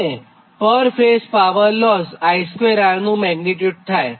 હવેપર phase power loss I2R નું magnitude થાય